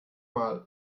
mal